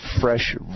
fresh